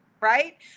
right